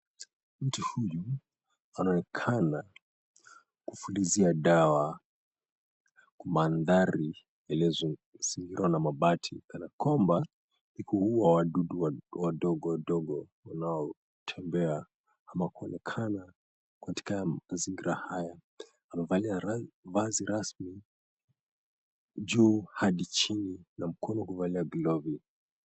Mtu huyu anaonekana kufulizia dawa kwa mandhari yaliyozingirwa na mabati kanakwamba ni kuua wadudu wadogo wadogo wanaotembea ama kuonekana katika mazingira haya. Amevalia vazi rasmi juu hadi chini na mkono umevalia glovu.